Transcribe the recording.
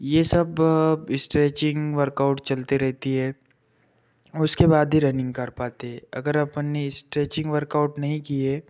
ये सब stretching workout चलते रहती है उसके बाद ही रनिंग कर पाते हैं अगर अपन ने स्ट्रेचिंग वर्कआउट नहीं की है